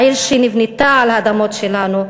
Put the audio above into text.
העיר שנבנתה על אדמות שלנו,